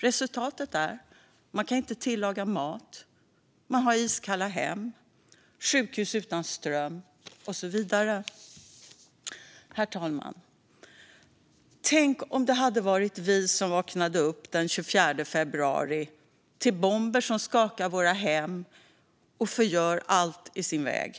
Resultatet är att man inte kan tillaga mat och har iskalla hem, att sjukhus är utan ström och så vidare. Herr talman! Tänk om det hade varit vi som vaknade upp den 24 februari till bomber som skakade våra hem och förgjorde allt i sin väg.